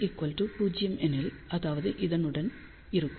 E 0 எனில் அதாவது இதனுடன் இருக்கும்